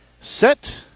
set